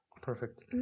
perfect